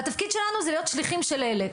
והתפקיד שלנו זה להיות שליחים של אלה.